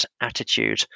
attitude